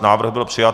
Návrh byl přijat.